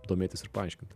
domėtis ir paaiškinti